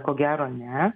ko gero ne